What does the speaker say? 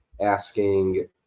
asking